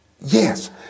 yes